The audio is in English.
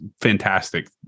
Fantastic